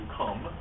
come